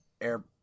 air